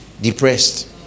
Depressed